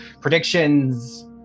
predictions